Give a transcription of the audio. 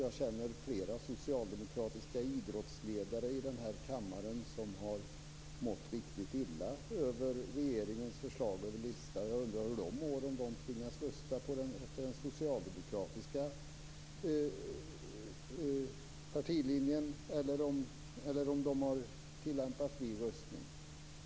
Jag känner flera socialdemokratiska idrottsledare i denna kammare som har mått riktigt illa över regeringens förslag om en lista. Jag undrar hur de mår om de tvingas att rösta efter den socialdemokratiska partilinjen eller om de tillämpar fri röstning.